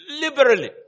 liberally